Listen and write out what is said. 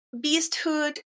beasthood